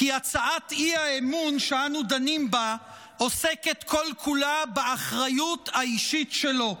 כי הצעת האי-אמון שאנו דנים בה עוסקת כל-כולה באחריות האישית שלו,